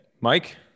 Mike